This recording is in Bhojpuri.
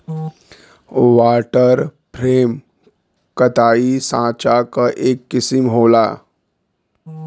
वाटर फ्रेम कताई साँचा क एक किसिम होला